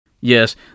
Yes